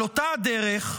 על אותה דרך,